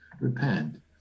Repent